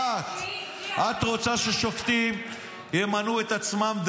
את רוצה ששופטים ימנו את עצמם?